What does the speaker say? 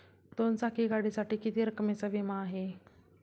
दोन चाकी गाडीसाठी किती रकमेचा विमा आहे?